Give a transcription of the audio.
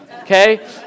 okay